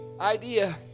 idea